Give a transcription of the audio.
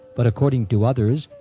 but according to others,